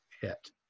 hit